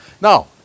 Now